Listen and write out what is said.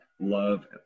love